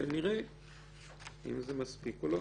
ונראה אם זה מספיק או לא.